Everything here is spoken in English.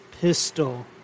pistol